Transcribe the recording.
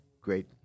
great